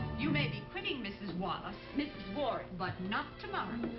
you may be quitting, mrs. wallace. mrs. warren. but not tomorrow.